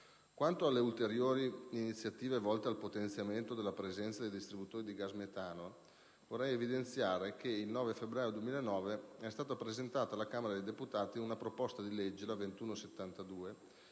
Quanto alle ulteriori iniziative volte al potenziamento della presenza di distributori di gas metano, si evidenzia che in data 9 febbraio 2009 è stata presentata alla Camera dei deputati la proposta di legge n. 2172,